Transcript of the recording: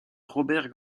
robert